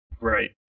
Right